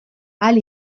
ahal